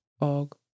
og